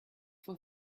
for